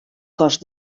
cos